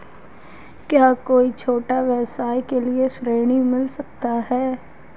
क्या कोई छोटे व्यवसाय के लिए ऋण मिल सकता है?